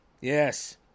Yes